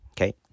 Okay